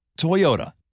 Toyota